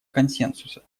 консенсуса